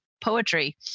poetry